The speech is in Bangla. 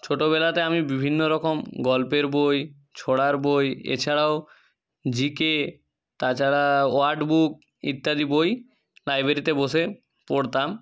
ছোটোবেলাতে আমি বিভিন্ন রকম গল্পের বই ছড়ার বই এছাড়াও জিকে তাছাড়া ওয়ার্ড বুক ইত্যাদি বই লাইব্ৰেরিতে বসে পড়তাম